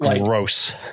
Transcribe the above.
gross